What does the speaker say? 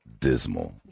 Dismal